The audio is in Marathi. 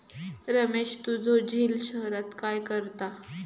रमेश तुझो झिल शहरात काय करता?